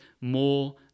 more